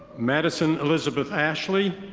madison elizabeth ashley.